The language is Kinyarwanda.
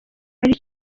ari